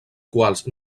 quals